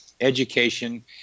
education